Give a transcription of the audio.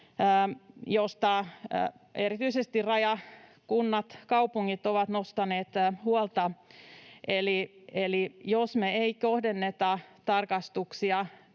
josta erityisesti rajakunnat ja ‑kaupungit ovat nostaneet huolta, eli jos me ei kohdenneta tarkastuksia